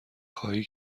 خواهی